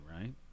right